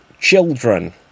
children